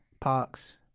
Parks